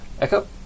Echo